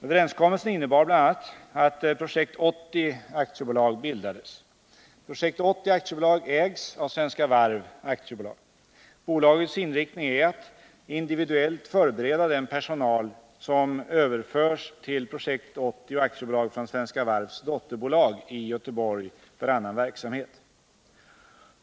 Överenskommelsen innebar bl.a. att Projekt 80 AB bildades. Projekt 80 AB ägs av Svenska Varv AB. Bolagets inriktning är att individuellt förbereda den personal som överförs till Projekt 80 AB från Svenska Varvs dotterbolag i Göteborg för annan verksamhet.